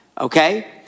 Okay